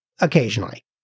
Occasionally